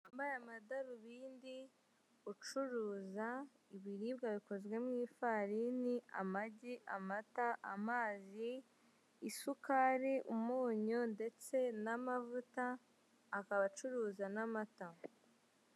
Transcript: Wambaye amadarubindi ucuruza ibiribwa bikozwe mu ifarini, amagi, amata, amazi, isukari, umunyu ndetse n'amavuta, akaba acuruza n'amata.